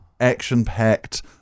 action-packed